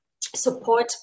support